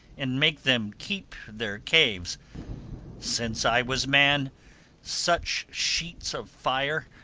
and make them keep their caves since i was man such sheets of fire,